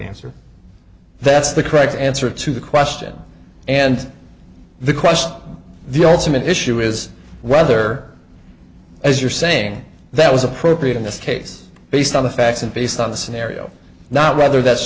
answer that's the correct answer to the question and the question the ultimate issue is whether as you're saying that was appropriate in this case based on the facts and based on the scenario now whether that's